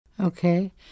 Okay